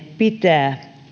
pitää